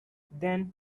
then